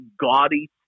gaudy